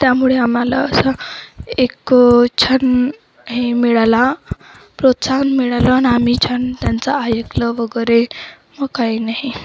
त्यामुळे आम्हाला असं एक छान हे मिळाला प्रोत्साहन मिळालं अन् आम्ही छान त्यांचं ऐकलं वगैरे मग काही नाही